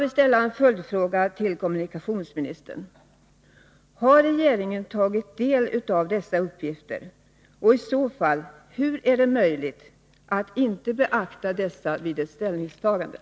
Vidare måste kraftverket lägga om elnätet till en kostnad av ca en halv miljon kronor.